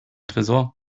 tresor